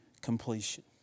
completion